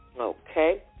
Okay